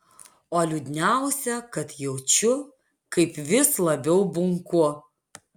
o liūdniausia kad jaučiu kaip vis labiau bunku